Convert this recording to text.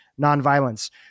nonviolence